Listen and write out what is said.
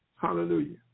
Hallelujah